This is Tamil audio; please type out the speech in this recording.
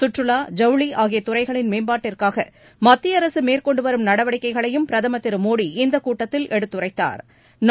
சுற்றுலா ஜவுளி ஆகிய துறைகளின் மேம்பாட்டிற்காக மத்திய அரசு மேற்கொண்டு வரும் நடவடிக்கைகளையும் பிரதமா் திரு மோடி இந்தக் கூட்டத்தில் எடுத்துரைத்தாா்